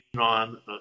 on